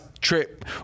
trip